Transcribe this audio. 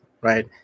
right